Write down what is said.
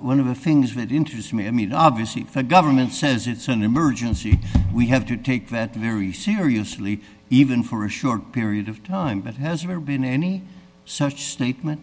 one of the things that interests me i mean obviously the government says it's an emergency we have to take that very seriously even for a short period of time that has ever been any such statement